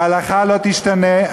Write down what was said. ההלכה לא תשתנה,